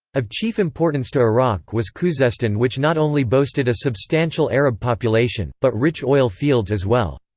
of chief importance to iraq was khuzestan which not only boasted a substantial arab population, but rich oil fields as well.